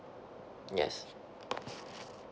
yes